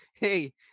Hey